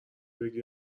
بگی